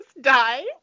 die